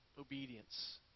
obedience